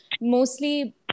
mostly